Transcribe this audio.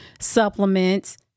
supplements